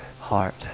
heart